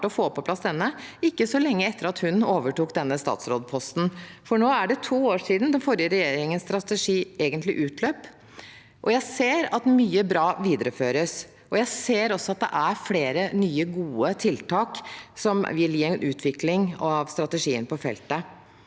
ikke så lenge etter at hun overtok denne statsrådposten, for nå er det to år siden den forrige regjeringens strategi egentlig utløp. Jeg ser at mye bra videreføres, og jeg ser også at det er flere nye, gode tiltak som vil gi en utvikling av strategien på feltet.